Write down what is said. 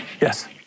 Yes